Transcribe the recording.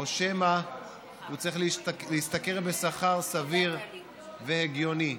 או שמא הוא צריך להשתכר שכר סביר והגיוני.